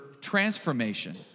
transformation